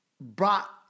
brought